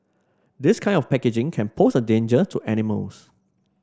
this kind of packaging can pose a danger to animals